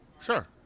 Sure